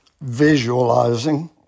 visualizing